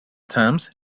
terms